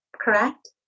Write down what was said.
correct